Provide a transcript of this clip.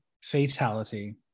fatality